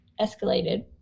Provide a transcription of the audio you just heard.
escalated